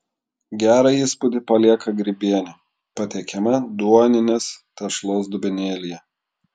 gerą įspūdį palieka grybienė patiekiama duoninės tešlos dubenėlyje